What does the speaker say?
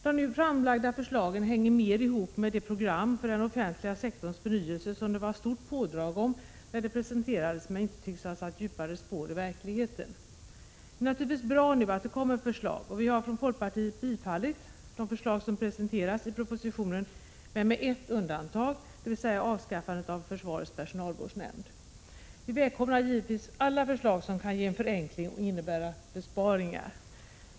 De nu framlagda förslagen hänger mer ihop med det program för den offentliga sektorns förnyelse som det var stort pådrag om när det presenterades men som inte tycks ha satt djupare spår i verkligheten. Det är naturligtvis bra att det nu kommer förslag, och vi har från folkpartiets sida biträtt de förslag som presenterats i propositionen — med ett undantag, nämligen när det gäller avskaffande av försvarets personalvårdsnämnd. Vi välkomnar givetvis alla förslag som kan ge en förenkling och innebära besparingar.